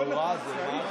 הייתי באולם.